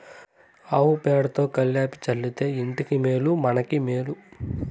ఆవు పేడతో కళ్లాపి చల్లితే ఇంటికి మేలు మనకు మేలు